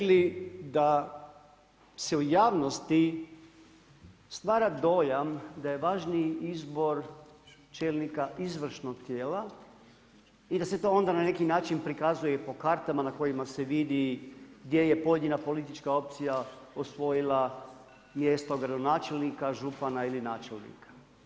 Točno ste rekli da se u javnosti stvara dojam da je važniji izbor čelnika izvršnog tijela i da se to onda na neki način prikazuje i po kartama na kojima se vidi gdje je pojedina politička opcija osvojila mjesto gradonačelnika, župana ili načelnika.